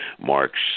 Mark's